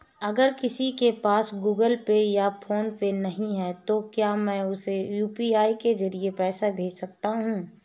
अगर किसी के पास गूगल पे या फोनपे नहीं है तो क्या मैं उसे यू.पी.आई के ज़रिए पैसे भेज सकता हूं?